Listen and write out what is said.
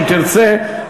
אם תרצה.